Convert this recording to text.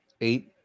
Eight